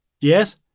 Yes